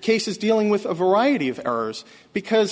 cases dealing with a variety of errors because